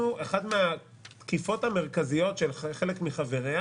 מהתקיפות המרכזיות של חלק מחבריה